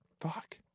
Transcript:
fuck